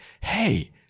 hey